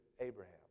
Abraham